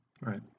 Right